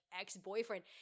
ex-boyfriend